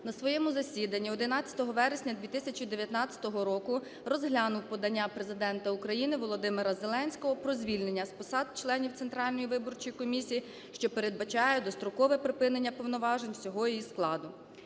на своєму засіданні 11 вересня 2019 року розглянув подання Президента України Володимира Зеленського про звільнення з посад членів Центральної виборчої комісії, що передбачає дострокове припинення повноважень всього її складу.